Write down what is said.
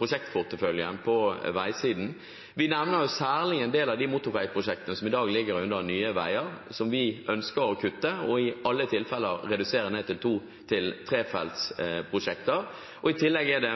prosjektporteføljen på veisiden. Vi nevner særlig en del av de motorveiprosjektene som i dag ligger under Nye Veier, og som vi ønsker å kutte, og i alle tilfeller å redusere ned til to-/trefeltsprosjekter. I tillegg er det